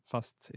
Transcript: Fast